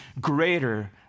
greater